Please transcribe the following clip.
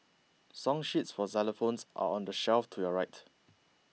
song sheets for xylophones are on the shelf to your right